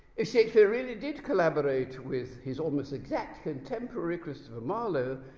if shakespeare really did collaborate with his almost exact contemporary christopher marlowe,